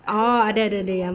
oh